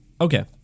Okay